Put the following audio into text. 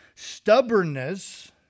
Stubbornness